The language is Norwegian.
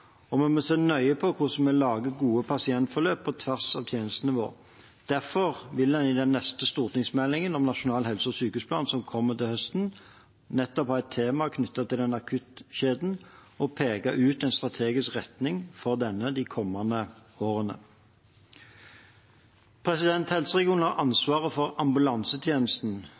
og vi må se nøye på hvordan vi lager gode pasientforløp, på tvers av tjenestenivå. Derfor vil en i den neste stortingsmeldingen om nasjonal helse- og sykehusplan, som kommer til høsten, nettopp ha et tema knyttet til akuttkjeden og peke ut en strategisk retning for denne de kommende årene. Helseregionene har ansvaret for ambulansetjenesten.